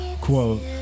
quote